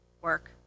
Work